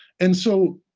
and so,